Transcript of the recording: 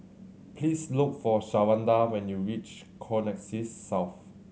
please look for Shawanda when you reach Connexis South